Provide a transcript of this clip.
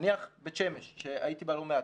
נניח בית שמש שהייתי בה לא מעט,